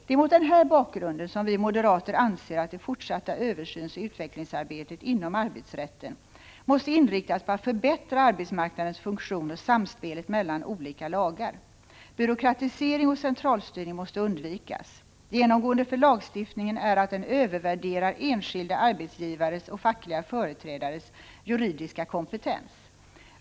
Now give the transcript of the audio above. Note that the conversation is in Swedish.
Det är mot den här bakgrunden som vi moderater anser att det fortsatta översynsoch utvecklingsarbetet inom arbetsrätten måste inriktas på att förbättra arbetsmarknadens funktion och samspelet mellan olika lagar. Byråkratisering och centralstyrning måste undvikas. Genomgående för lagstiftningen är att den övervärderar enskilda arbetsgivares och fackliga företrädares juridiska kompetens.